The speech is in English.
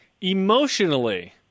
Emotionally